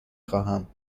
خواهم